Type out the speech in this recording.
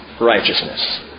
righteousness